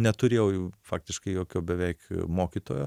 neturėjau jau faktiškai jokio beveik mokytojo